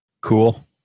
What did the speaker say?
Cool